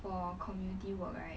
for community work right